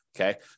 okay